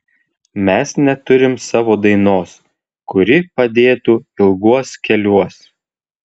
mes neturim savo dainos kuri padėtų ilguos keliuos